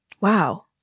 Wow